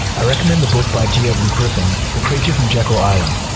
i recommend the book by g. edward griffin, the creature from jekyll island.